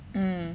mm